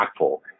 impactful